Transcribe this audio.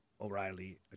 O'Reilly